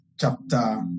chapter